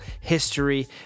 history